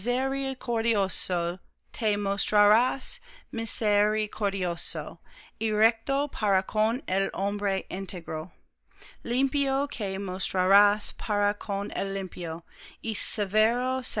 misericordioso y recto para con el hombre íntegro limpio te mostrarás para con